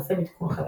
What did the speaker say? פרסם עדכון חדש.